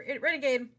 Renegade